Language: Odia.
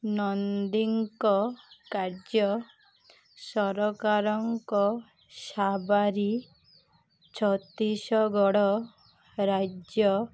ନନ୍ଦୀଙ୍କ କାର୍ଯ୍ୟ ସରକାରଙ୍କ ଶାବାରୀ ଛତିଶଗଡ଼ ରାଜ୍ୟ